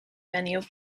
venue